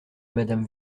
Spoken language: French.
madame